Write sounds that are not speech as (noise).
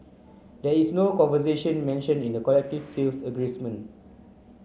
there is no conversation mentioned in the collective sales (unintelligible)